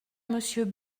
monsieur